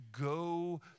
go